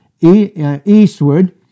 eastward